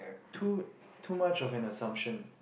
too too much of an assumption